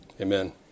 Amen